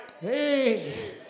Hey